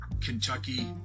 Kentucky